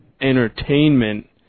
entertainment